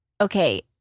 okay